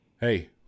Hey